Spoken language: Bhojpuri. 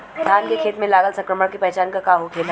धान के खेत मे लगल संक्रमण के पहचान का होखेला?